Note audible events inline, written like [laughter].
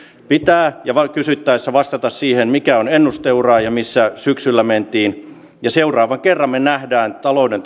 pitää kysyttäessä vastata siihen mikä on ennusteura ja missä syksyllä mentiin seuraavan kerran me näemme talouden [unintelligible]